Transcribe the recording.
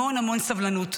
המון המון סבלנות.